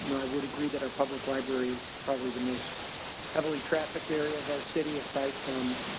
you know i would agree that our public library is probably the most heavily trafficked area of our city aside from,